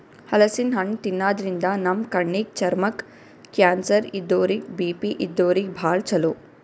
ಹಲಸಿನ್ ಹಣ್ಣ್ ತಿನ್ನಾದ್ರಿನ್ದ ನಮ್ ಕಣ್ಣಿಗ್, ಚರ್ಮಕ್ಕ್, ಕ್ಯಾನ್ಸರ್ ಇದ್ದೋರಿಗ್ ಬಿ.ಪಿ ಇದ್ದೋರಿಗ್ ಭಾಳ್ ಛಲೋ